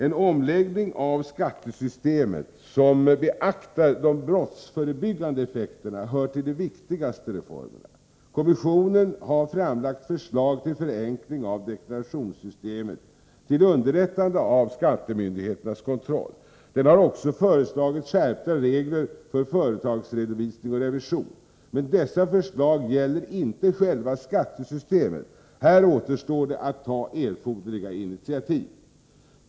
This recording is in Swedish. En omläggning av skattesystemet som beaktar de brottsförebyggande effekterna hör till de viktigaste reformerna. Kommissionen har framlagt förslag till förenkling av deklarationssystemet till underlättande av skattemyndigheternas kontroll. Den har också föreslagit skärpta regler för företagsredovisning och revision. Men dessa förslag gäller inte själva skattesystemet. Här återstår det att ta erforderliga initiativ.